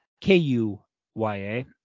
K-U-Y-A